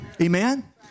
Amen